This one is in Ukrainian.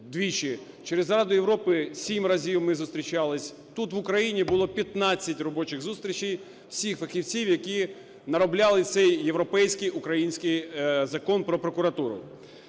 через Раду Європи сім разів ми зустрічалися, тут, в Україні, було 15 робочих зустрічей всіх фахівців, які наробляли цей європейський український Закон "Про прокуратуру".